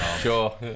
Sure